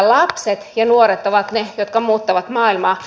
lapset ja nuoret ovat ne jotka muuttavat maailmaa